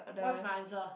what's my answer